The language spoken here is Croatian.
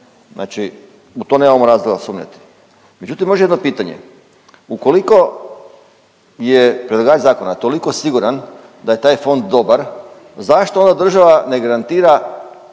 znači u to nemamo razloga sumnjati. Međutim, može jedno pitanje. Ukoliko je predlagač zakona toliko siguran da je taj fond dobar zašto onda država ne garantira